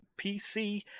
PC